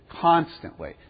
constantly